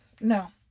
No